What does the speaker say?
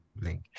link